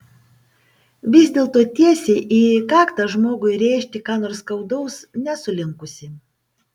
vis dėlto tiesiai į kaktą žmogui rėžti ką nors skaudaus nesu linkusi